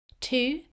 Two